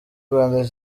rwanda